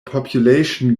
population